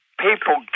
People